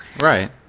Right